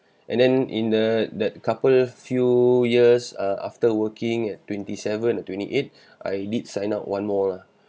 and then in the that couple few years uh after working at twenty seven and twenty eight I did sign up one more lah